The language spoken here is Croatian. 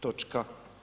Točka.